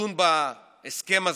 לדון בהסכם הזה,